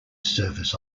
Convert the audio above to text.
service